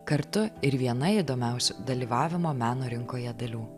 kartu ir viena įdomiausių dalyvavimo meno rinkoje dalių